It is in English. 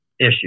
issue